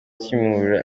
kimihurura